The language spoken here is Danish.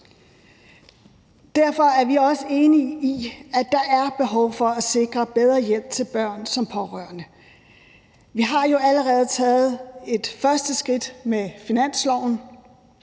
Derfor er vi også enige i, at der er behov for at sikre bedre hjælp til børn som pårørende. Vi har jo allerede taget et første skridt med finansloven.